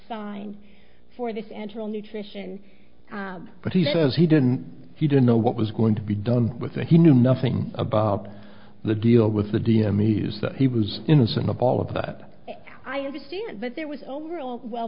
signed for this enteral nutrition but he says he didn't he didn't know what was going to be done with it he knew nothing about the deal with the d m is that he was innocent of all of that i understand but there was overall well